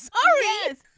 so is.